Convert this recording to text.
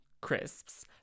crisps